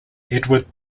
edward